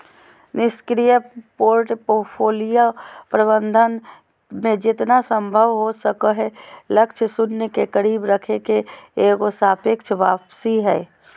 निष्क्रिय पोर्टफोलियो प्रबंधन मे जेतना संभव हो सको हय लक्ष्य शून्य के करीब रखे के एगो सापेक्ष वापसी हय